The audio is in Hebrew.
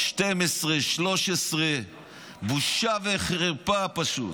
12, 13, בושה וחרפה פשוט.